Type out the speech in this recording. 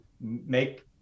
make